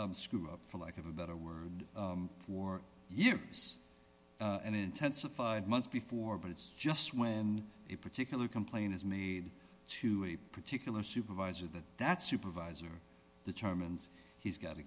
screw up for lack of a better word for years and intensified months before but it's just when a particular complaint is made to a particular supervisor that that supervisor determines he's got to